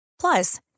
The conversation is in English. Plus